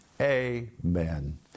amen